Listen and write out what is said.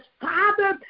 Father